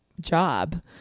job